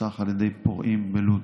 שנרצח על ידי פורעים בלוד.